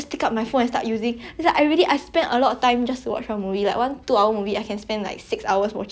I don't know whether you have the same problem or not like can you can you sit through the entire movie if you're watching on your own